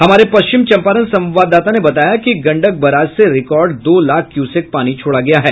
हमारे पश्चिम चंपारण संवाददाता ने बताया कि गंडक बराज से रिकॉर्ड दो लाख क्यूसेक पानी छोड़ा गया है